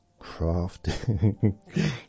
crafting